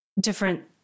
Different